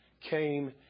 came